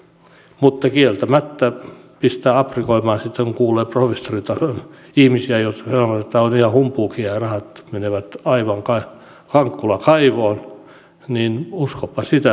mutta kieltämättä pistää aprikoimaan sitten kun kuulee professoreita ja ihmisiä jotka sanovat että tämä on ihan humpuukia ja rahat menevät aivan kankkulan kaivoon että uskopa sitä